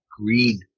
green